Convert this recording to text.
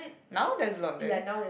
now there is a lot there